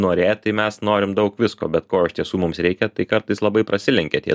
norėt tai mes norim daug visko bet ko iš tiesų mums reikia tai kartais labai prasilenkia tie